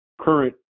current